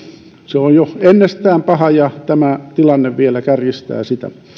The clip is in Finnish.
se on jo ennestään paha ja tämä tilanne vielä kärjistää sitä